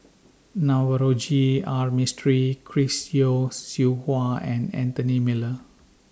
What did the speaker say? Navroji R Mistri Chris Yeo Siew Hua and Anthony Miller